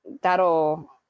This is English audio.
that'll